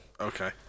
okay